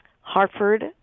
Hartford